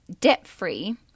debt-free